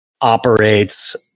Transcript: operates